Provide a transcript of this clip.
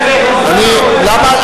ראש הממשלה, למה?